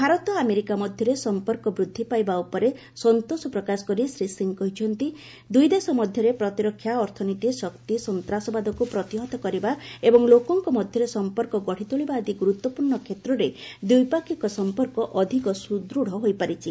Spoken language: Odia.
ଭାରତ ଆମେରିକା ମଧ୍ୟରେ ସମ୍ପର୍କ ବୃଦ୍ଧି ପାଇବା ଉପରେ ସନ୍ତୋଷ ପ୍ରକାଶ କରି ଶ୍ରୀ ସିଂ କହିଛନ୍ତି ଦୁଇଦେଶ ମଧ୍ୟରେ ପ୍ରତିରକ୍ଷା ଅର୍ଥନୀତି ଶକ୍ତି ସନ୍ତାସବାଦକୁ ପ୍ରତିହତ କରିବା ଏବଂ ଲୋକଙ୍କ ମଧ୍ୟରେ ସମ୍ପର୍କ ଗଢିତୋଳିବା ଆଦି ଗୁରୁତ୍ୱପୂର୍ଣ୍ଣ କ୍ଷେତ୍ରରେ ଦ୍ୱିପାକ୍ଷିକ ସମ୍ପର୍କ ଅଧିକ ସୁଦୃତ ହୋଇପାରିଛି